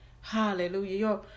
Hallelujah